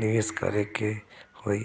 निवेस करे के होई?